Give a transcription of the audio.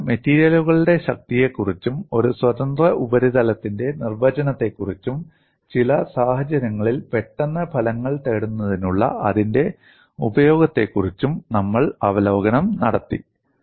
തുടർന്ന് മെറ്റീരിയലുകളുടെ ശക്തിയെക്കുറിച്ചും ഒരു സ്വതന്ത്ര ഉപരിതലത്തിന്റെ നിർവചനത്തെക്കുറിച്ചും ചില സാഹചര്യങ്ങളിൽ പെട്ടെന്ന് ഫലങ്ങൾ നേടുന്നതിനുള്ള അതിന്റെ ഉപയോഗത്തെക്കുറിച്ചും നമ്മൾ അവലോകനം നടത്തി